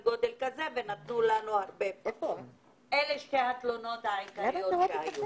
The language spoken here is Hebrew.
אלו שתי התלונות העיקריות שהיו.